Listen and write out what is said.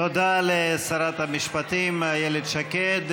תודה לשרת המשפטים איילת שקד.